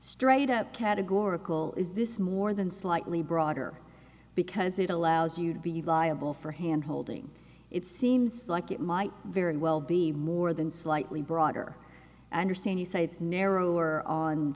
straight up categorical is this more than slightly broader because it allows you to be viable for hand holding it seems like it might very well be more than slightly broader understand you say it's narrower on